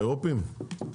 האירופים?